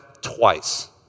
twice